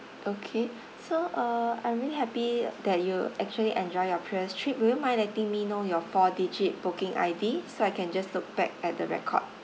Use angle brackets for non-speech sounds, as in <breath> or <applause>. okay <breath> so uh I'm really happy that you actually enjoy your previous trip would you mind letting me know your four digit booking I_D so I can just look back at the record